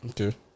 Okay